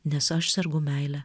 nes aš sergu meile